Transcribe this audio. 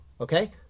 Okay